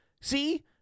See